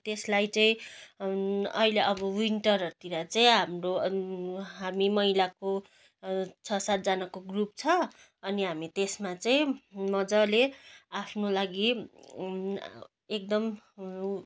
त्यसलाई चै अहिले अब विन्टरहरूतिर चाहिँ हाम्रो हामी महिलाको छ सातजनाको ग्रुप छ अनि हामी त्यसमा चाहिँ मजाले आफ्नो लागि एकदम